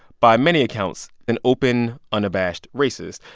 by many accounts, an open unabashed racist.